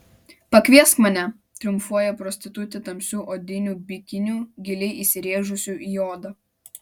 pakviesk mane triumfuoja prostitutė tamsiu odiniu bikiniu giliai įsirėžusiu į odą